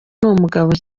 numugabo